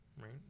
right